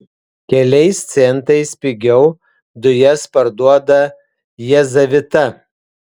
keliais centais pigiau dujas parduoda jazavita